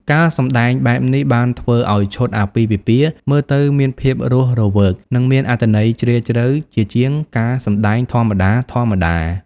ការសម្ដែងបែបនេះបានធ្វើឲ្យឈុតអាពាហ៍ពិពាហ៍មើលទៅមានភាពរស់រវើក និងមានអត្ថន័យជ្រាលជ្រៅ ជាជាងការសម្តែងធម្មតាៗ។